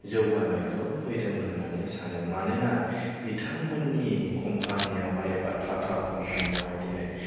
जौगानायखौ फैदों होननानै सानो मानोना बिथांमोननि कम्पानीयावहाय एबा टाटा कम्पानीयावहाय दिनै